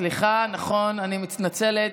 סליחה, נכון, אני מתנצלת.